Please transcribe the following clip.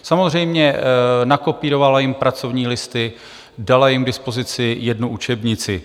Samozřejmě, nakopírovala jim pracovní listy, dala jim k dispozici jednu učebnici.